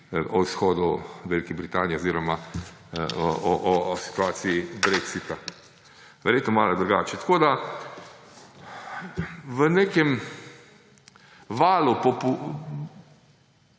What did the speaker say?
o izhodu Velike Britanije oziroma o situaciji brexita; verjetno malo drugače. Na nekem valu neke